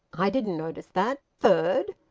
i didn't notice that. third?